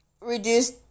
reduce